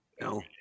No